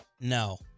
No